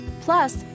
Plus